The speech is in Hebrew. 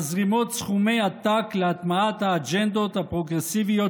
מזרימות סכומי עתק להטמעת האג'נדות הפרוגרסיביות